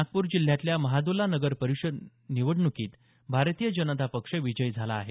नागपूर जिल्ह्यातल्या महादुला नगरपरिषद निवडण्कीत भारतीय जनता पक्ष विजयी झाला आहे